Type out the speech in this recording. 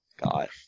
god